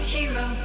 Hero